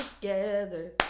together